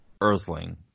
earthling